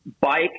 bike